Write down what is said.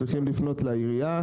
צריכים לפנות לעירייה.